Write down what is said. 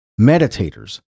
meditators